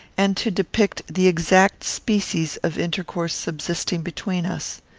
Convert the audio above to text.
and to depict the exact species of intercourse subsisting between us.